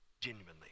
genuinely